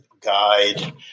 guide